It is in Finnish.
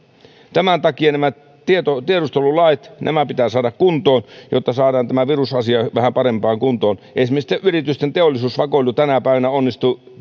tämän takia nämä tiedustelulait pitää saada kuntoon jotta saadaan tämä virusasia vähän parempaan kuntoon esimerkiksi yritysten teollisuusvakoilu tänä päivänä onnistuu